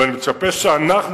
ואני מצפה שאנחנו,